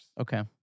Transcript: Okay